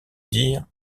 dire